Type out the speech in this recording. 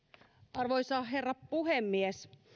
arvoisa herra puhemies